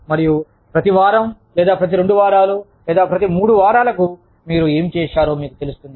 మరియు ప్రతి వారం లేదా ప్రతి రెండు వారాలు లేదా ప్రతి మూడు వారాలకు మీరు ఏమి చేశారో మీకు తెలుస్తుంది